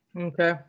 Okay